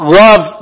love